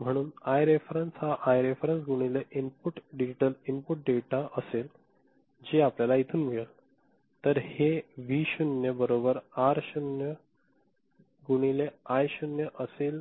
म्हणून I reference हा I reference गुणिले इनपुट डिजिटल इनपुट डेटा असेल जे आपल्याला इथून मिळेल तर हे व्ही शून्य बरोबर आर शून्य गुणिले आय शून्य असेल